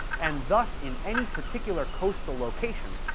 and thus in any particular coastal location,